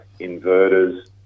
inverters